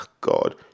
God